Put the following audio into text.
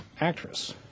actress